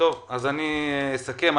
אני אסכם.